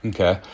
Okay